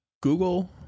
Google